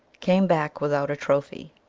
came back without a trophy